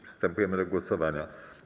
Przystępujemy do głosowania.